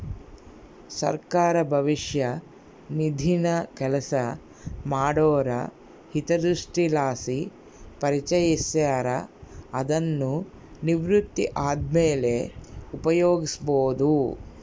ಸರ್ಕಾರ ಭವಿಷ್ಯ ನಿಧಿನ ಕೆಲಸ ಮಾಡೋರ ಹಿತದೃಷ್ಟಿಲಾಸಿ ಪರಿಚಯಿಸ್ಯಾರ, ಅದುನ್ನು ನಿವೃತ್ತಿ ಆದ್ಮೇಲೆ ಉಪಯೋಗ್ಸ್ಯಬೋದು